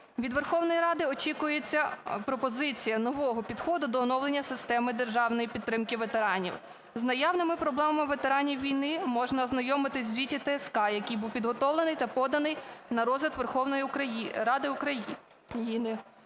Від Верховної Ради очікується пропозиція нового підходу до оновлення системи державної підтримки ветеранів. З наявними проблемами ветеранів війни можна ознайомитися в звіті ТСК, який був підготовлений та поданий на розгляд Верховної Ради України.